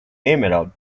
emerald